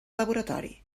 laboratori